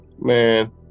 Man